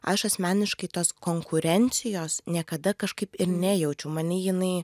aš asmeniškai tos konkurencijos niekada kažkaip ir nejaučiau many jinai